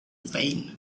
vain